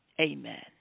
Amen